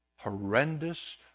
horrendous